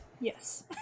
Yes